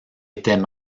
étaient